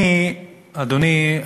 אדוני,